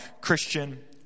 Christian